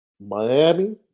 Miami